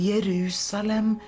Jerusalem